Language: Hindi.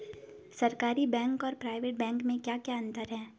सरकारी बैंक और प्राइवेट बैंक में क्या क्या अंतर हैं?